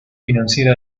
financiera